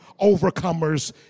overcomers